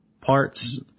parts